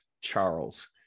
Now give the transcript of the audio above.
Charles